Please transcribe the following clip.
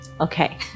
okay